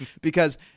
because-